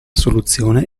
soluzione